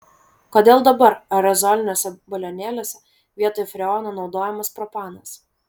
kodėl dabar aerozoliniuose balionėliuose vietoj freono naudojamas propanas